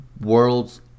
world's